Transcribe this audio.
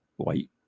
white